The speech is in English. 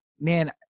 Man